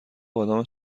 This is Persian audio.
بادام